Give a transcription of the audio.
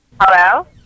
Hello